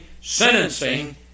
sentencing